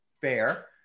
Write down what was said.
Fair